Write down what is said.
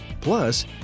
plus